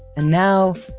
and now,